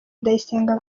ndayisenga